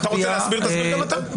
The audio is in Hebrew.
אתה רוצה להסביר, תסביר גם אתה.